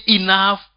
enough